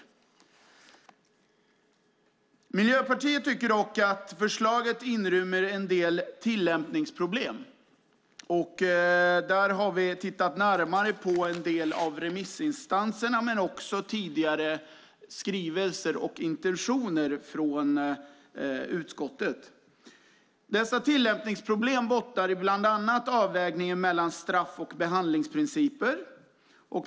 Vi i Miljöpartiet tycker dock att förslaget rymmer en del tillämpningsproblem. Vi har tittat närmare på vad som sägs från en del av remissinstanserna och också på tidigare skrivelser och intentioner från utskottet. De här tillämpningsproblemen bottnar bland annat i avvägningen mellan straff och behandlingsprinciper.